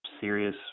serious